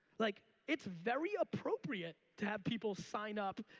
like it's very appropriate to have people sign up,